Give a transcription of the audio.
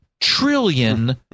trillion